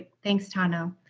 thanks tano.